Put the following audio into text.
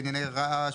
בענייני רעש,